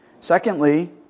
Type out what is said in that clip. Secondly